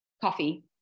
coffee